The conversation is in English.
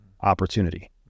opportunity